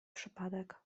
przypadek